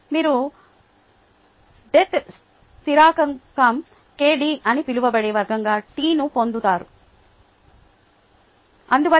మీరు డెత్ స్థిరాంకం kd అని పిలువబడే పరంగా t ను పొందుతారు t log కాబట్టి kd 0